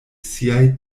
siaj